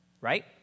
right